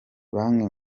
banki